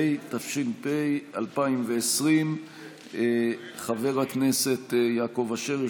התש"ף 2020. חבר הכנסת יעקב אשר,